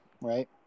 right